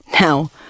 Now